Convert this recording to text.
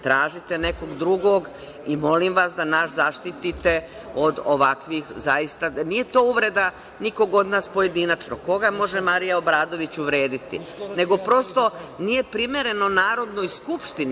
Tražite nekog drugog i molim vas da nas zaštitite od ovakvih, zaista, nije to uvreda nikog od nas pojedinačno, koga može Marija Obradović uvrediti, nego prosto nije primereno Narodnoj skupštini.